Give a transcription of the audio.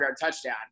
touchdown